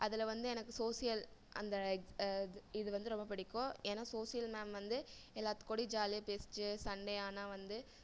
அதில் வந்து எனக்கு சோசியல் அந்த இது வந்து ரொம்ப பிடிக்கும் ஏன்னால் சோசியல் மேம் வந்து எல்லாத்து கூடேயும் ஜாலியாக பேசிச்சு சண்டே ஆனால் வந்து